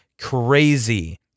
crazy